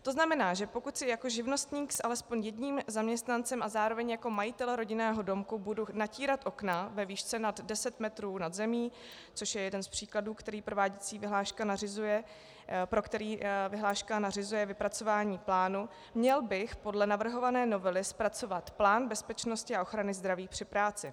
To znamená, že pokud si jako živnostník s alespoň jedním zaměstnancem a zároveň jako majitel rodinného domku budu natírat okna ve výšce nad 10 metrů nad zemí, což je jeden z příkladů, pro který prováděcí vyhláška nařizuje vypracování plánu, měl bych podle navrhované novely zpracovat plán bezpečnosti a ochrany zdraví při práci.